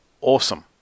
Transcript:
Awesome